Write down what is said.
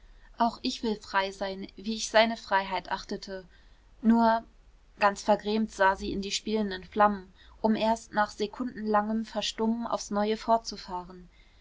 auch ich will frei sein wie ich seine freiheit achtete nur ganz vergrämt sah sie in die spielenden flammen um erst nach sekundenlangem verstummen aufs neue fortzufahren